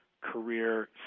career